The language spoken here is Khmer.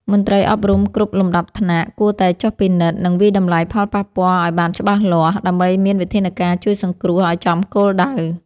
មន្ត្រីអប់រំគ្រប់លំដាប់ថ្នាក់គួរតែចុះពិនិត្យ និង វាយតម្លៃផលប៉ះពាល់ឱ្យបានច្បាស់លាស់ ដើម្បីមានវិធានការជួយសង្គ្រោះឱ្យចំគោលដៅ។